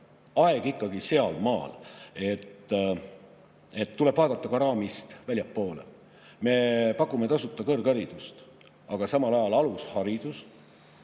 aeg ikkagi sealmaal, et tuleb vaadata ka raamist väljapoole. Me pakume tasuta kõrgharidust, aga samal ajal alusharidus